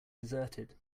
deserted